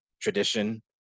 tradition